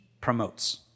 promotes